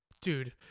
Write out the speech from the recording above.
Dude